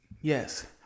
Yes